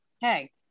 Hey